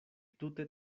tute